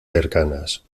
cercanas